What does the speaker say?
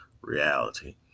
reality